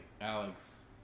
Alex